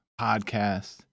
podcast